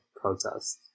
protests